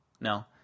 No